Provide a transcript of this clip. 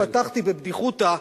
פתחתי בבדיחותא,